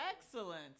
Excellent